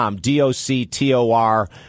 d-o-c-t-o-r